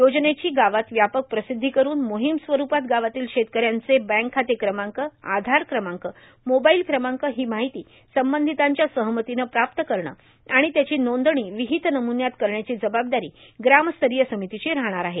योजनेची गावात व्यापक प्र्रासद्वी करून मोहोम स्वरुपात गावातील शेतकऱ्यांचे बँक खाते क्रमांक आधार क्रमांक मोबाईल क्रमांक हो मार्गाहती संबंधितांच्या सहमतीनं प्राप्त करणं आर्गण त्याची नांदणी र्वाहत नमून्यात करण्याची जबाबदारी ग्रामस्तरीय र्सामतीची राहणार आहे